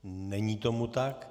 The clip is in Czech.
Není tomu tak.